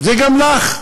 זה גם לך,